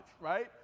right